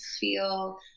feel